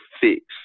fix